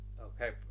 Okay